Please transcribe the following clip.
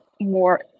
more